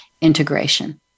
integration